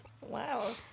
Wow